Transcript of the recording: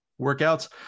workouts